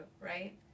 right